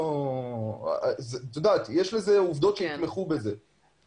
יש עובדות שיתמכו במה שאני אומר,